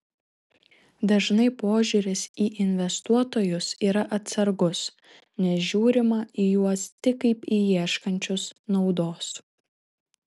dažnai požiūris į investuotojus yra atsargus nes žiūrima į juos tik kaip į ieškančius naudos